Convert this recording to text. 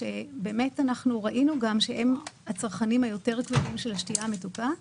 ראינו שהם הצרכנים הגדולים יותר של השתייה המתוקה.